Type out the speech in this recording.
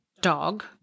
dog